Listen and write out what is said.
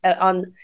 on